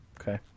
Okay